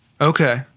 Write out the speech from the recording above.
Okay